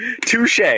Touche